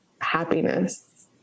happiness